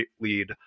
lead